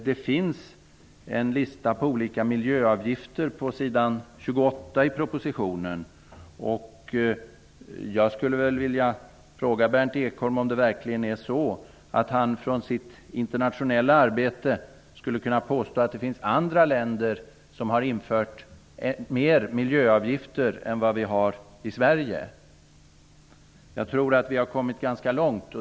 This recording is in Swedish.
Det finns en lista över olika miljöavgifter på s. 28 i propositionen. Jag skulle vilja fråga om Berndt Ekholm verkligen med utgångspunkt från sitt internationella arbete skulle kunna påstå att det finns länder som har infört fler miljöavgifter är Sverige. Jag tror att vi har kommit ganska långt.